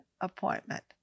appointment